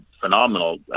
phenomenal